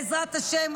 בעזרת השם,